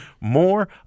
more